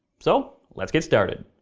so, let's get started.